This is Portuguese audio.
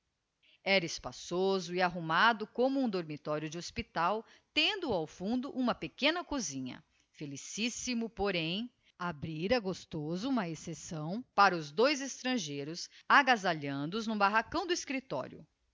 era espaçoso e arrumado como um dormitório de hospital tendo ao fundo uma pequena cozinha felicíssimo porém abrira gostoso uma excepção para os dois extrangeíros agasalhando os no barracão do escriptorio